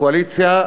הקואליציה,